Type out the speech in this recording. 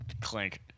Clink